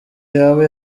yaba